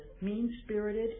mean-spirited